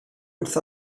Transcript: wrth